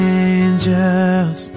angels